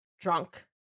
drunk